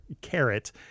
carrot